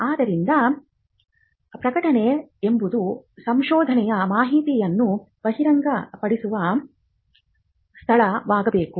ಆದ್ದರಿಂದ ಪ್ರಕಟಣೆ ಎಂಬುದು ಸಂಶೋಧನೆಯ ಮಾಹಿತಿಯನ್ನು ಬಹಿರಂಗಪಡಿಸುವ ಸ್ಥಳ ವಾಗಬೇಕು